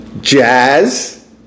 Jazz